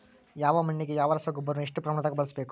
ಯಾವ ಮಣ್ಣಿಗೆ ಯಾವ ರಸಗೊಬ್ಬರವನ್ನು ಎಷ್ಟು ಪ್ರಮಾಣದಾಗ ಬಳಸ್ಬೇಕು?